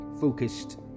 focused